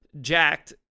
jacked